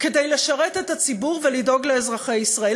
כדי לשרת את הציבור ולדאוג לאזרחי ישראל,